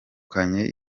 muri